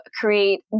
create